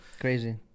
crazy